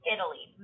Italy